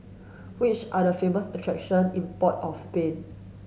which are the famous attractions in Port of Spain